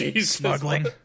smuggling